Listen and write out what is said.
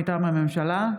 מטעם הממשלה,